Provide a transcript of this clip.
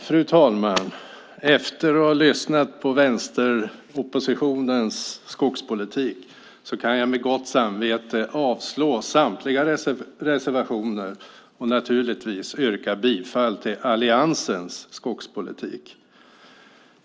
Fru talman! Efter att ha lyssnat på vänsteroppositionens skogspolitik kan jag med gott samvete yrka avslag på samtliga reservationer och yrka bifall till alliansens skogspolitik.